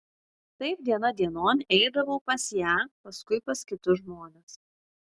taip diena dienon eidavau pas ją paskui pas kitus žmones